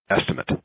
estimate